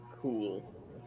cool